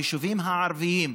ביישובים הערביים,